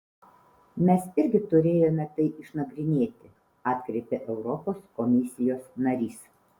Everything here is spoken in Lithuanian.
mes irgi turėjome tai išnagrinėti atkreipė europos komisijos narys